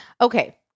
Okay